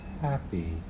happy